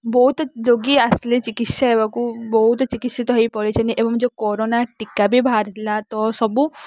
ବହୁତ ରୋଗୀ ଆସିଲେ ଚିକିତ୍ସା ହେବାକୁ ବହୁତ ଚିକିତ୍ସିତ ହେଇ ପଡ଼ିଛନ୍ତି ଏବଂ ଯେଉଁ କରୋନା ଟୀକା ବି ବାହାରିଥିଲା ତ ସବୁ